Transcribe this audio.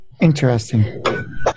Interesting